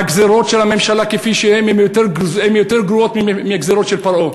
הגזירות של הממשלה כפי שהן הן יותר גרועות מהגזירות של פרעה,